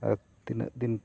ᱟᱨ ᱛᱤᱱᱟᱹᱜ ᱫᱤᱱ